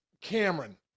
cameron